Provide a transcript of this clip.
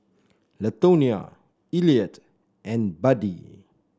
Latonia Eliot and Buddie